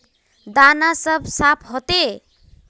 दाना सब साफ होते?